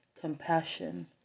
compassion